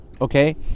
okay